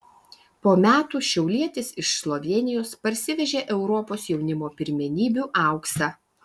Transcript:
po metų šiaulietis iš slovėnijos parsivežė europos jaunimo pirmenybių auksą